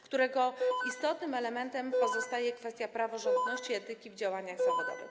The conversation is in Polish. którego istotnym elementem pozostaje kwestia praworządności i etyki w działaniach zawodowych.